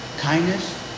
kindness